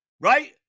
Right